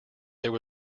there